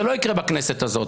זה לא יקרה בכנסת הזאת.